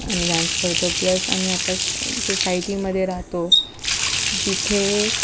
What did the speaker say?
आम्ही डान्स करतो प्लस आम्ही आता सोसायटीमध्ये राहतो जिथे